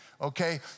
Okay